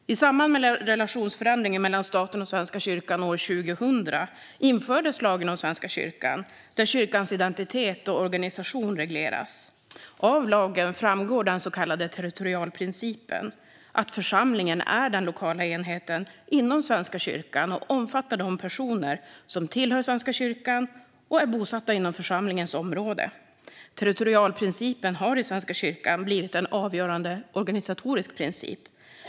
I samband med relationsförändringen mellan staten och Svenska kyrkan år 2000 infördes lagen om Svenska kyrkan, där kyrkans identitet och organisation regleras. Av lagen framgår den så kallade territorialprincipen, att församlingen är den lokala enheten inom Svenska kyrkan och omfattar de personer som tillhör Svenska kyrkan och är bosatta inom församlingens område. Territorialprincipen har i Svenska kyrkan blivit en avgörande organisatorisk princip.